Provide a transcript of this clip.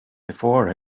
before